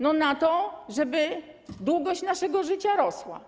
Na to, żeby długość naszego życia rosła.